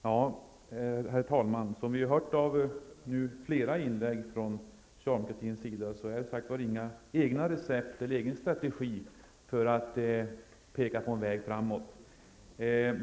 Herr talman! Som vi har hört i flera inlägg från socialdemokraternas sida har de inga egna recept, ingen egen strategi som pekar på en väg framåt.